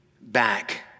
back